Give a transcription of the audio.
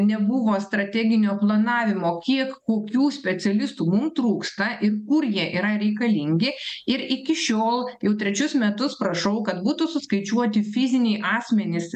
nebuvo strateginio planavimo kiek kokių specialistų mum trūksta ir kur jie yra reikalingi ir iki šiol jau trečius metus prašau kad būtų suskaičiuoti fiziniai asmenys